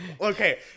okay